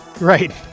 Right